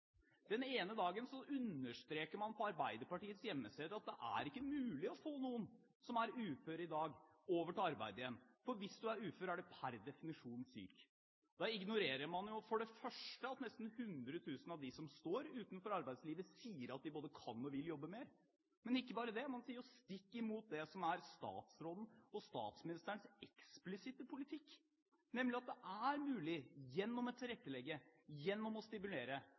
Den ene dagen understreker man på Arbeiderpartiets hjemmeside at det er ikke mulig å få noen som er ufør i dag, over til arbeid igjen, for hvis du er ufør, er du per definisjon syk. Da ignorerer man for det første at nesten 100 000 av dem som står utenfor arbeidslivet, sier at de både kan og vil jobbe mer. Men ikke bare det, man sier stikk imot det som er statsrådens og statsministerens eksplisitte politikk, nemlig at det er mulig, gjennom å tilrettelegge, gjennom å stimulere,